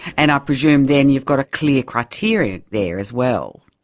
and i presume then you've got a clear criteria there as well.